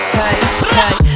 hey